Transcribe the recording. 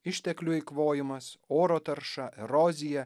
išteklių eikvojimas oro tarša erozija